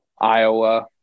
Iowa